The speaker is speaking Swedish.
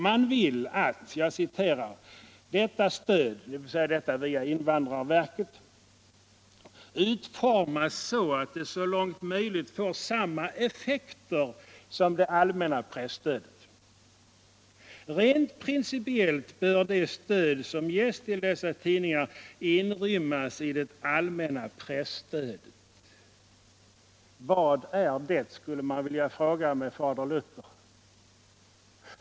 Där sägs att ”detta stöd” — dvs. stödet via invandrarverket - ”måste utformas så att det så långt möjligt får samma effekter som det allmänna presstödet ———. Rent principiellt bör det stöd som ges till dessa tidningar inrymmas i det allmänna presstödet.” Vad är det? skulle man vilja fråga med fader Luther.